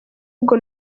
ubwo